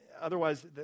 otherwise